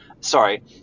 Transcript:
sorry